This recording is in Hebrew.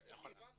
הבנו